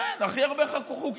כן, הכי הרבה חוקים.